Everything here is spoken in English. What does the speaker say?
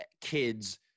kids